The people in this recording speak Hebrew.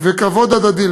וכבוד הדדי,